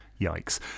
Yikes